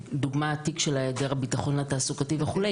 דוגמה התיק של היעדר הביטחון התעסוקתי וכו'.